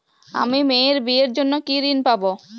আমি মেয়ের বিয়ের জন্য কি ঋণ পাবো?